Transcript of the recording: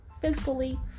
physically